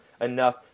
enough